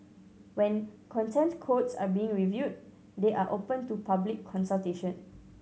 when Content Codes are being reviewed they are open to public consultation